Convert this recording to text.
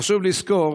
חשוב לזכור